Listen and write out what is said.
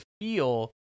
feel